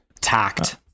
Tact